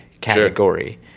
category